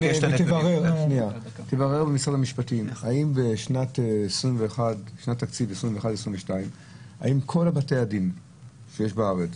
תברר במשרד המשפטים אם בשנת התקציב 2021 2022 כל בתי הדין שיש בארץ